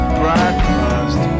breakfast